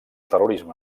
terrorisme